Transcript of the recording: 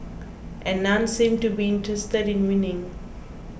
and none seemed to be interested in winning